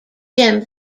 jim